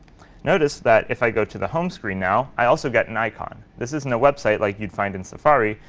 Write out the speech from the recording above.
notice that if i go to the home screen now, i also get an icon. this isn't a website like you'd find in safari.